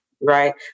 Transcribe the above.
Right